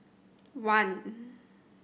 one